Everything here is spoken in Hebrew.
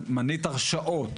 מנית הרשעות.